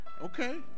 Okay